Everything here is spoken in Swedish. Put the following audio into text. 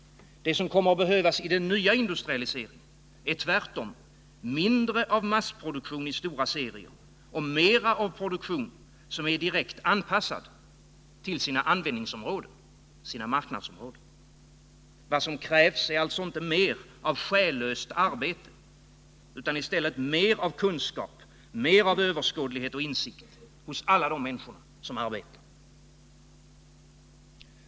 Det som kommer att behövas i den nya industrialiseringen är tvärtom mindre av massproduktion i stora serier och mera av produktion som är direkt anpassad till användningsoch marknadsområdena. Vad som krävs är alltså inte mer av själlöst arbete utan i stället mer av kunskap, överskådlighet och insikt hos alla de människor som arbetar.